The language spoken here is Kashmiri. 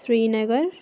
سرینگر